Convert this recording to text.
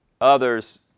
others